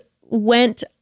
went